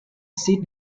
sit